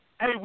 Hey